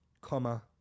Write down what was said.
Comma